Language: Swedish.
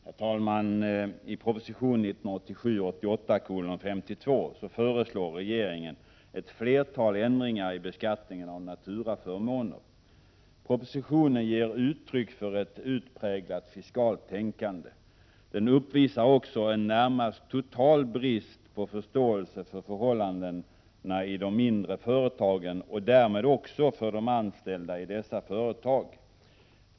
Herr talman! I proposition 1987/88:52 föreslår regeringen ett flertal ändringar i beskattningen av naturaförmåner. Propositionen ger uttryck för ett utpräglat fiskaltänkande. Den uppvisar också en närmast total brist på förståelse för förhållandena i de mindre företagen och därmed också för de anställda i dessa företag.